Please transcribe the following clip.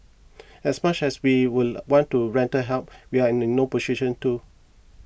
as much as we would want to render help we are in in no position to